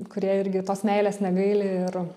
kurie irgi tos meilės negaili ir